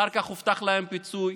אחר כך הובטח להם פיצוי